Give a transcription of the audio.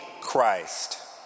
Christ